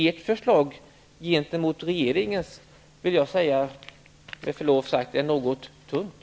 Ert förslag ställt mot regeringens vill jag med förlov sagt påstå är något tunt.